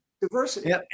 Diversity